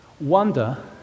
Wonder